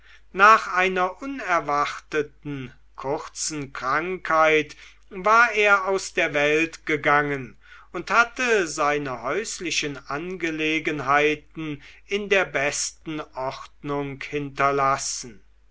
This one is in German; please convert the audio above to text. nach einer unerwarteten kurzen krankheit war er aus der welt gegangen und hatte seine häuslichen angelegenheiten in der besten ordnung hinterlassen